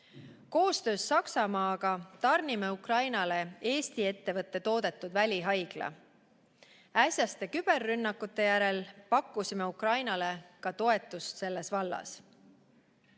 Koostöös Saksamaaga tarnime Ukrainale Eesti ettevõtte toodetud välihaigla. Äsjaste küberrünnakute järel pakkusime Ukrainale toetust ka selles vallas.